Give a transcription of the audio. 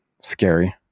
scary